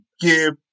give